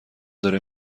داره